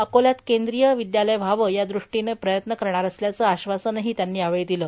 अकोल्यात केंद्रीय विद्यालय व्हावे यादृष्टीने प्रयत्न करणार असल्याचं आश्वासन ही त्यांनी यावेळी दिलं